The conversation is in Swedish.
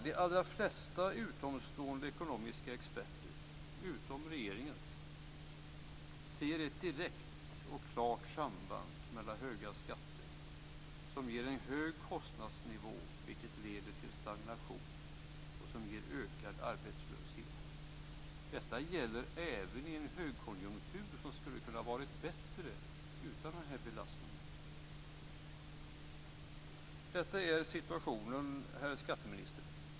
De allra flesta utomstående ekonomiska experter, utom regeringens, ser ett direkt och klart samband här. Höga skatter ger en hög kostnadsnivå, vilket leder till stagnation och ger ökad arbetslöshet. Detta gäller även nu i en högkonjunktur, som skulle ha kunnat vara bättre utan den här belastningen. Detta är situationen, herr skatteminister!